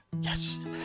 Yes